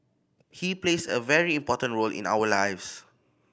he plays a very important role in our lives